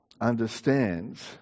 understands